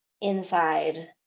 inside